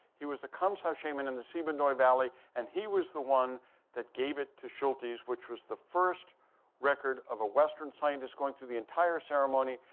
he was a kamentsa so shaman in the sibundoy valley. and he was the one that gave it to schultes, which was the first record of a western scientist going through the entire ceremony,